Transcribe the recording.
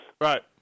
Right